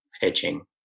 pitching